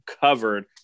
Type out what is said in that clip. covered